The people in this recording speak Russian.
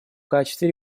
качестве